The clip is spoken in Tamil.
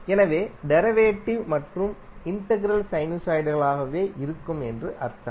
எனவே டெரிவேடிவ் மற்றும் இன்டக்ரல் சைனுசாய்டுகளாகவே இருக்கும் என்று அர்த்தம்